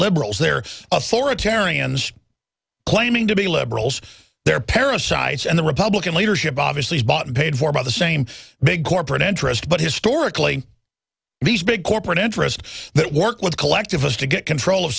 liberals they're authoritarians claiming to be liberals they're parasites and the republican leadership obviously is bought and paid for by the same big corporate interests but historically these big corporate interests that work with collective us to get control of